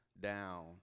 down